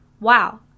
Wow